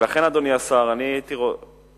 לכן, אדוני השר, אני הייתי רוצה